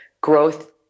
Growth